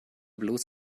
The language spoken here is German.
bloß